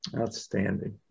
Outstanding